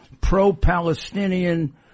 pro-Palestinian